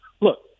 Look